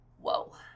whoa